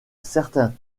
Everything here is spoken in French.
certains